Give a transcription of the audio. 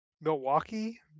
Milwaukee